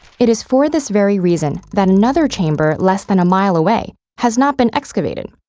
it is for this very reason that another chamber less than a mile away has not been excavated.